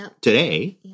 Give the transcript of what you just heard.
today